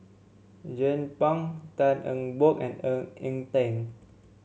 Jernnine Pang Tan Eng Bock and Ng Eng Teng